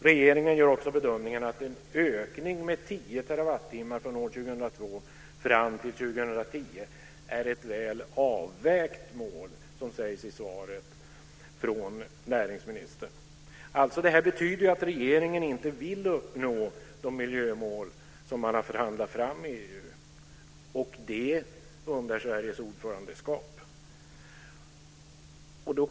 Regeringen gör också bedömningen att "en ökning med 10 terawattimmar från år 2002 fram till 2010 är ett väl avvägt mål", som det sägs i svaret från näringsministern. Det här måste alltså betyda att regeringen inte vill uppnå de miljömål som man har förhandlat fram i EU - och det skedde under Sveriges ordförandeskap!